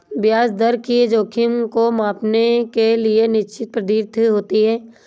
ब्याज दर के जोखिम को मांपने के लिए निश्चित पद्धति होती है